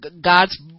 God's